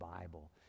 bible